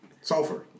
Sulfur